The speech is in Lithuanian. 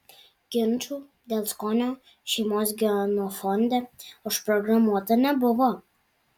ginčų dėl skonio šeimos genofonde užprogramuota nebuvo